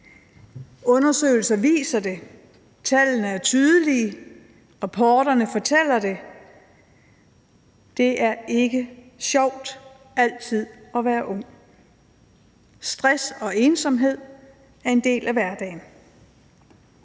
Undersøgelser viser det, tallene er tydelige, rapporterne fortæller det: Det er ikke altid sjovt at være ung. Stress og ensomhed er en del af hverdagen.